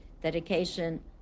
dedication